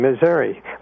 Missouri